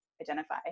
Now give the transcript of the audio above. identify